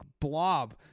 blob